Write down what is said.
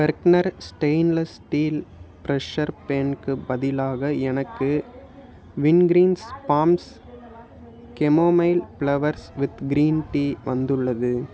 Bergner stainless steel pressure பானுக்கு பதிலாக எனக்கு Wingreens farms chamomile flowers with green tea வந்துள்ளது